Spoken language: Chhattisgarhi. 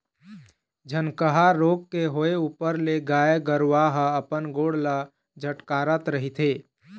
झनकहा रोग के होय ऊपर ले गाय गरुवा ह अपन गोड़ ल झटकारत रहिथे